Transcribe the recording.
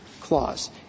clause